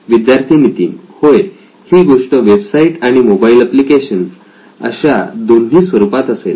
विद्यार्थी नितीन होय ही गोष्ट वेबसाईट आणि मोबाईल एप्लिकेशन अशा दोन्ही स्वरूपात असेल